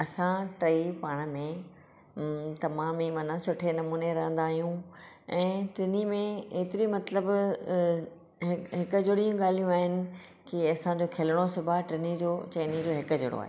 असां टई पाण में तमाम ई माना सुठे नमूने रहंदा आहियूं ऐं टिनि में ऐतिरी मतिलबु हिकु हिक जहिड़ियूं ई ॻालियूं आहिनि की असां जो खिलणो सुभाउ टिनि जो चइनि जो हिक जहिड़ो आहे